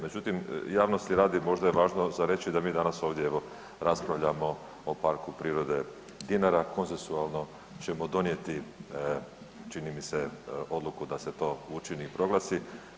Međutim, javnosti radi možda je važno za reći da mi danas ovdje evo raspravljamo o Parku prirode Dinara, konsenzualno ćemo donijeti čini mi se odluku da se to učini i proglasi.